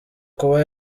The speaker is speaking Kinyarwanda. kuba